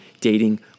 dating